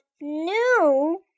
new